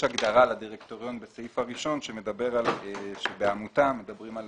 הגדרה לדירקטוריון בסעיף הראשון כאשר בעמותה מדברים על